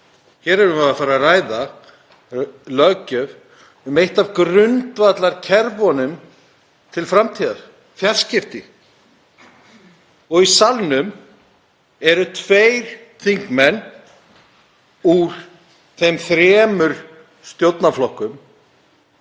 Hér erum við að fara að ræða löggjöf um eitt af grundvallarkerfunum til framtíðar, fjarskipti. Í salnum eru tveir þingmenn úr þremur stjórnarflokkum.